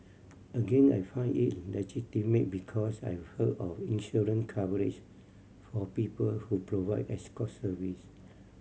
again I found it legitimate because I've heard of insurance coverage for people who provide escort service